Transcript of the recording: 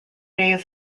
days